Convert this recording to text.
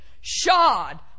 shod